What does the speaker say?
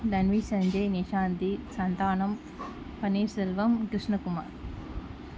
Tanvi Sanjay Nishanthi Santhanam Panneerselvam Krishnakumar